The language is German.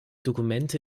dokumente